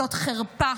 זאת חרפה,